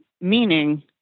meaning